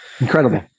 Incredible